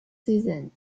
season